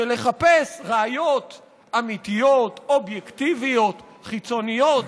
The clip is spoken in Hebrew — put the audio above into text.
לחפש ראיות אמיתיות, אובייקטיביות, חיצוניות.